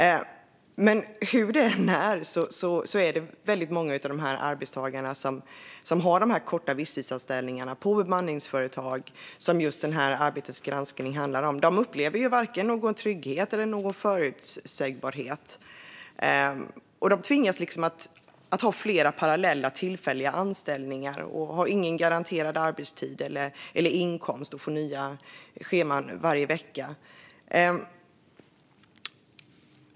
Men hur det än är med det är det väldigt många av de arbetstagare som har korta visstidsanställningar på bemanningsföretag, de som Arbetets granskning handlar om, som inte upplever vare sig trygghet eller förutsägbarhet. De tvingas att ha flera parallella tillfälliga anställningar, har ingen garanterad arbetstid eller inkomst och får nya scheman varje vecka.